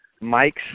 Mike's